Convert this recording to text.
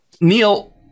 Neil